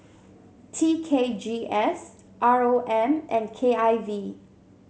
T K G S R O M and K I V